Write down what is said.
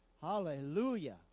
Hallelujah